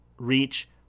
Reach